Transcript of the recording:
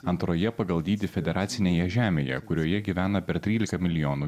antroje pagal dydį federacinėje žemėje kurioje gyvena per trylika milijonų